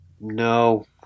no